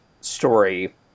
story